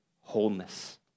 wholeness